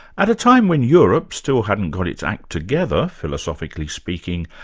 at a time when europe still hadn't got its act together, philosophically speaking,